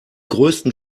größten